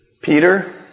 Peter